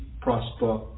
prosper